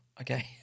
okay